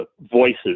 voices